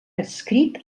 adscrit